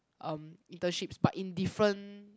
um internships but in different